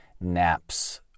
naps